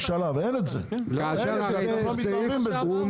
אין הבדל בינו לבין זה שמאכיל 50,000,